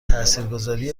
تاثیرگذاری